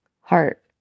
heart